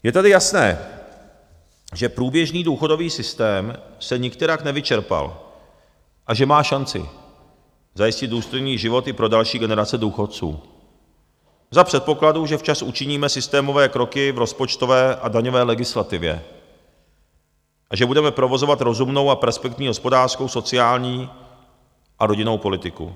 Je tedy jasné, že průběžný důchodový systém se nikterak nevyčerpal a že má šanci zajistit důstojný život i pro další generace důchodců za předpokladu, že včas učiníme systémové kroky v rozpočtové a daňové legislativě a že budeme provozovat rozumnou a perspektivní hospodářskou, sociální a rodinnou politiku.